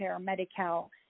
Medi-Cal